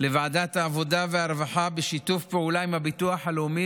לוועדת העבודה והרווחה בשיתוף פעולה עם הביטוח הלאומי